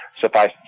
suffice